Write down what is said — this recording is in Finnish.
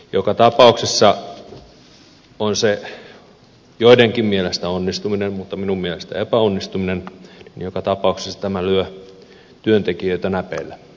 on se joidenkin mielestä onnistuminen mutta minun mielestäni epäonnistuminen mutta joka tapauksessa tämä lyö työntekijöitä näpeille ja lujaa